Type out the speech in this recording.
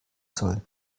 soll